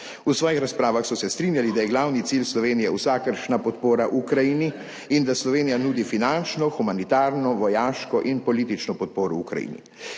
V svojih razpravah so se strinjali, da je glavni cilj Slovenije vsakršna podpora Ukrajini in da Slovenija nudi finančno, humanitarno, vojaško in politično podporo Ukrajini.